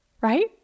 right